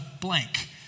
blank